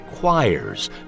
choirs